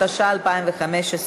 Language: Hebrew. התשע"ה 2015,